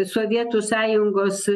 sovietų sąjungos